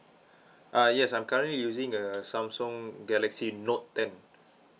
ah yes I'm currently using a samsung galaxy note ten